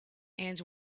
and